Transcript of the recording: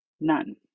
none